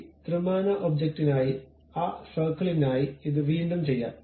ഈ ത്രിമാന ഒബ്ജക്റ്റിനായി ആ സർക്കിളിനായി ഇത് വീണ്ടും ചെയ്യാം